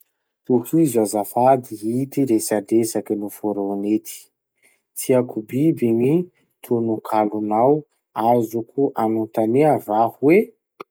Tohizo azafady ity resadresaky noforony ity: Tiako biby ny tonokalonao. Azoko anotania va hoe.